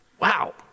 wow